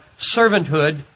servanthood